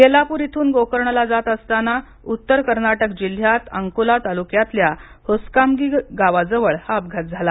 येल्लापूर इथून गोकर्णला जात असताना उत्तर कर्नाटक जिल्ह्यात अंकोला तालुक्यातल्या होस्काम्बी गावाजवळ हा अपघात झाला